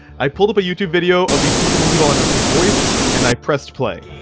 i pulled up a youtube video of the super monkey ball announcer's voice and i pressed play.